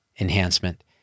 enhancement